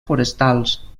forestals